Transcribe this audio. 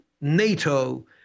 NATO